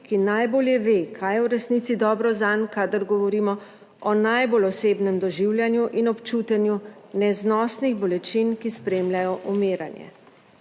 ki najbolje ve, kaj je v resnici dobro zanj, kadar govorimo o najbolj osebnem doživljanju in občutenju neznosnih bolečin, ki spremljajo umiranje.